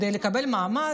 כדי לקבל מעמד,